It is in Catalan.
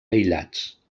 aïllats